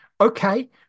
Okay